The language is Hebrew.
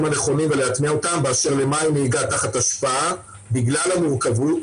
הנכונים ולהטמיע אותם באשר למה היא נהיגה תחת השפעה בגלל המורכבות